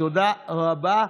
תודה רבה.